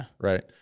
Right